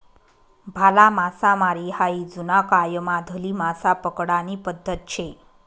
भाला मासामारी हायी जुना कायमाधली मासा पकडानी पद्धत शे